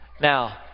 Now